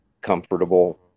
comfortable